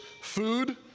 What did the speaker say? food